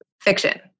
fiction